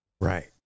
right